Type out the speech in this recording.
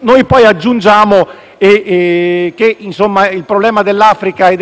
Noi aggiungiamo che la questione dell'Africa e